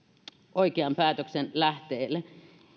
oikean päätöksen lähteelle